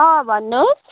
अँ भन्नु